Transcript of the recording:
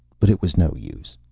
but it was no use.